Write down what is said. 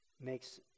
makes